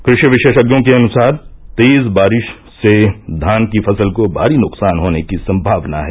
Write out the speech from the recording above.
कृषि विशेषज्ञों के अनुसार तेज बारिश से धान की फसल को भारी नुकसान होने की सम्मावना है